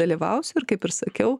dalyvausiu ir kaip ir sakiau